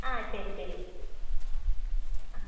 ആ ശരി ശരി ആ